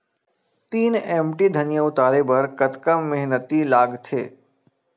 तीन एम.टी धनिया उतारे बर कतका मेहनती लागथे?